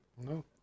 No